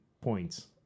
points